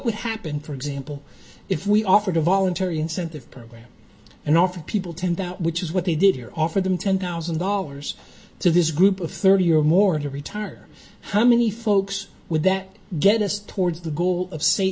would happen for example if we offered a voluntary incentive program and offered people tend that which is what they did here offer them ten thousand dollars to this group of thirty or more have retired how many folks would that dentist towards the goal of s